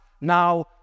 Now